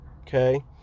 Okay